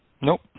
Nope